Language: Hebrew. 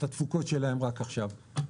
את התפוקות שלהם רק עכשיו.